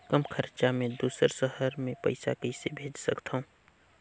कम खरचा मे दुसर शहर मे पईसा कइसे भेज सकथव?